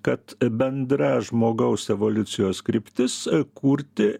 kad bendra žmogaus evoliucijos kryptis kurti